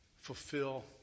fulfill